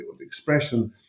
expression